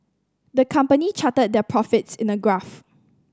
the company charted their profits in a graph